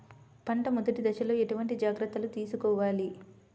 పంట మెదటి దశలో ఎటువంటి జాగ్రత్తలు తీసుకోవాలి?